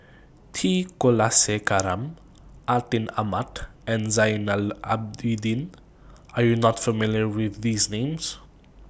T Kulasekaram Atin Amat and Zainal Abidin Are YOU not familiar with These Names